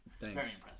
Thanks